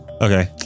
Okay